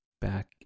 back